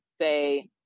say